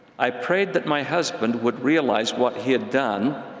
i prayed that my husband would realize what he had done